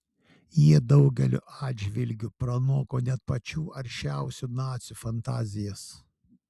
jie daugeliu atžvilgių pranoko net pačių aršiausių nacių fantazijas